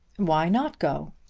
why not go?